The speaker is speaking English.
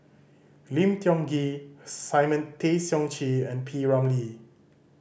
Lim Tiong Ghee Simon Tay Seong Chee and P Ramlee